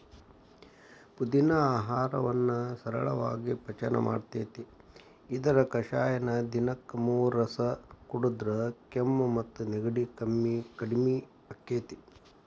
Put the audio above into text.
ಪುದಿನಾ ಆಹಾರವನ್ನ ಸರಳಾಗಿ ಪಚನ ಮಾಡ್ತೆತಿ, ಇದರ ಕಷಾಯನ ದಿನಕ್ಕ ಮೂರಸ ಕುಡದ್ರ ಕೆಮ್ಮು ಮತ್ತು ನೆಗಡಿ ಕಡಿಮಿ ಆಕ್ಕೆತಿ